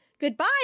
Goodbye